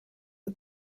the